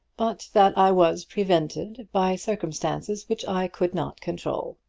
but that i was prevented by circumstances which i could not control.